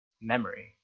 memory